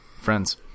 Friends